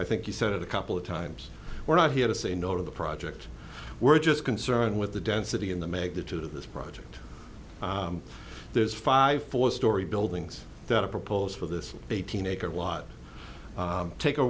i think he said it a couple of times we're not here to say no to the project we're just concerned with the density and the magnitude of this project there's five four story buildings that are proposed for this eighteen acre lot take a